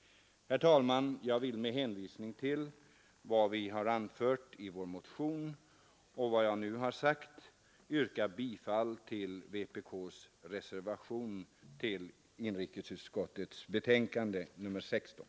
Herr talman! Jag vill med hänvisning till vad vi anfört i vår motion och vad jag nu sagt yrka bifall till vpk:s reservation till inrikesutskottets betänkande nr 16.